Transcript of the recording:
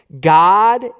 God